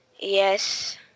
yes